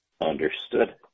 Understood